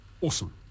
Awesome